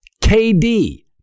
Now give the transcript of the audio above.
KD